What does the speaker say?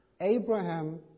Abraham